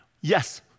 Yes